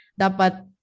dapat